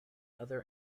other